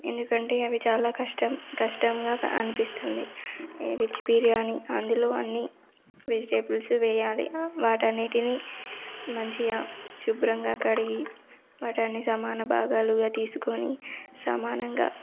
ఎందుకంటే అవి చాలా కష్టం కష్టంగా అనిపిస్తుంది వెజ్ బిర్యానీ అందులో అన్నీ వెజిటేబుల్స్ వేయాలి వాటన్నింటినీ మంచిగా శుభ్రంగా కడిగి వాటన్ని సమాన భాగాలుగా తీసుకొని సమానంగా